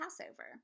Passover